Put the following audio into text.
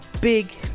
big